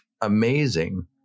amazing